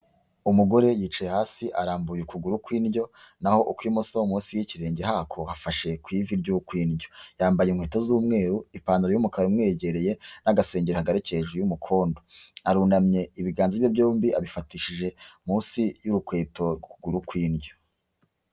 Umugore yicaye hasi arambuye ukuguru kw'indyo naho kkw'imoso munsi y'ikirenge hakofashe ku ivi ry'ukw'indyo, yambaye inkweto z'umweru, ipantaro y'umukara imwegereye n'agasenge kagarukiye hejuru y'umukondo, arunamye ibiganza bye byombi abifatishije munsi y'urukweto rw' ukuguru kw'indyo.